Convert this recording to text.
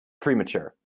premature